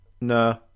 No